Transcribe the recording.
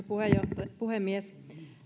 puhemies puhemies